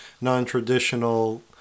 non-traditional